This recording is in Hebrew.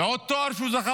ועוד תואר שהוא זכה